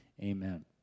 amen